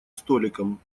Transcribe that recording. столиком